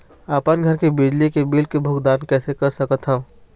अपन घर के बिजली के बिल के भुगतान कैसे कर सकत हव?